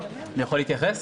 אני יכול להתייחס?